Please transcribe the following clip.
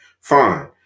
Fine